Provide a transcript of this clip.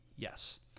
Yes